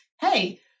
hey